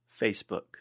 Facebook